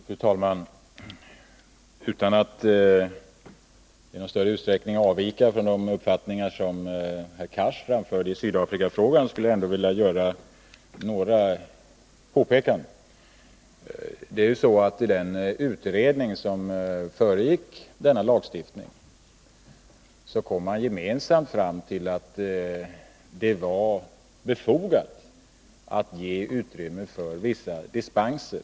Fru talman! Utan att i någon större utsträckning avvika från de uppfattningar som herr Cars framfört i Sydafrikafrågan skulle jag vilja göra några påpekanden. I den utredning som föregick denna lagstiftning kom man gemensamt fram till att det var befogat att ge utrymme för vissa dispenser.